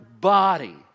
body